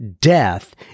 death